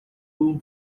room